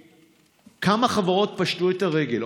שכמה חברות פשטו את הרגל,